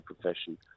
profession